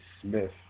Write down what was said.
Smith